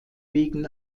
wegen